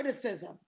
criticism